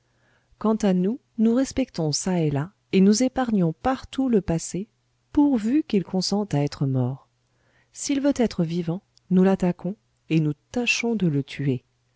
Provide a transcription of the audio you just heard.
quant à nous nous respectons çà et là et nous épargnons partout le passé pourvu qu'il consente à être mort s'il veut être vivant nous l'attaquons et nous tâchons de le tuer